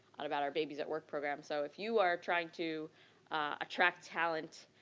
but about our babies at work program so if you are trying to attract talent,